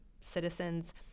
citizens